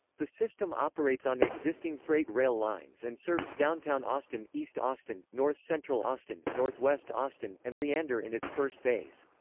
the system operates on existing freight rail lines and serves downtown austin, east austin, north central austin, northwest austin, and leander in its first phase.